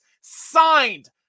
signed